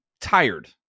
tired